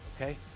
okay